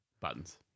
buttons